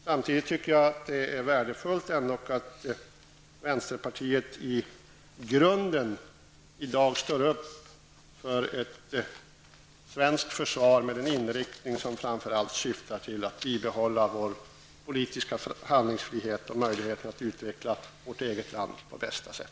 Samtidigt tycker jag att det är värdefullt att vänsterpartiet i grunden i dag står upp för ett svenskt försvar med en inriktning som framför allt syftar till att bibehålla vår politiska handlingsfrihet och möjligheten att utveckla vårt eget land på bästa sätt.